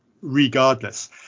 regardless